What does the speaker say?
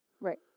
Right